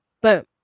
Boom